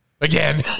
again